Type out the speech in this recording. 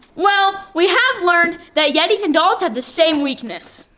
well, we have learned that yetis and dolls have the same weakness.